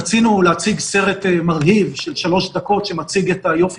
רצינו להציג סרט מרהיב של שלוש דקות שמציג את היופי